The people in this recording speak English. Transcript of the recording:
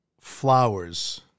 flowers